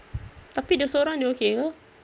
tapi dia sorang dia okay ke